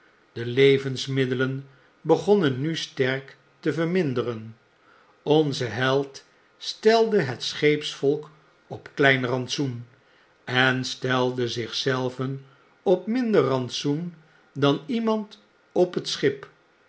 de levensmiddelen begonnen nu sterk te verminderen onze held stelde het scheepsvolk op klein rantsoen en stelde zich zelven op minder rantsoen dan iemand op het schip